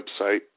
website